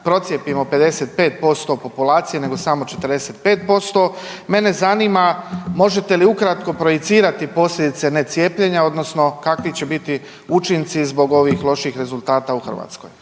procijepimo 55% populacije nego samo 45%. Mene zanima možete li ukratko projicirati posljedice ne cijepljenja odnosno kakvi će biti učinci zbog ovih loših rezultata u Hrvatskoj.